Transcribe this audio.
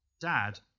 Dad